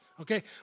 Okay